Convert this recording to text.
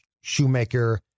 shoemaker